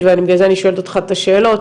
ובגלל זה אני שואלת אותך את השאלות,